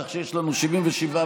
כך שיש לנו 77 בעד,